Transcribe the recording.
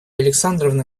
александровна